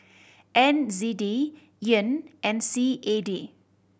N Z D Yen and C A D